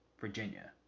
Virginia